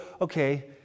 okay